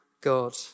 God